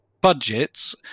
budgets